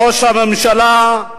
ראש הממשלה,